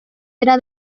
era